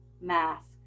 mask